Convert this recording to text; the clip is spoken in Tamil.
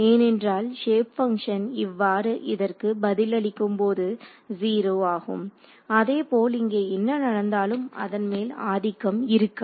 ஏனென்றால் ஷேப் பங்ஷன் இவ்வாறு இதற்கு பதிலளிக்கும் போது 0 ஆகும் அதே போல் இங்கே என்ன நடந்தாலும் அதன்மேல் ஆதிக்கம் இருக்காது